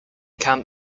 camp